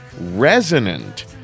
Resonant